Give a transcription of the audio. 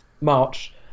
March